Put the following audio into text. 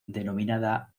denominada